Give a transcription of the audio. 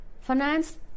finance